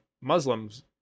Muslims